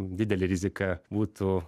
didelė rizika būtų